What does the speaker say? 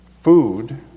food